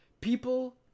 People